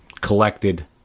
collected